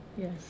Yes